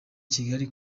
kigali